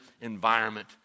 environment